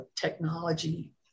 technology